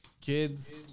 kids